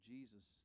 Jesus